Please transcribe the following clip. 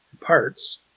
parts